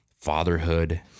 fatherhood